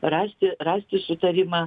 rasti rasti sutarimą